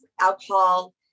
alcohol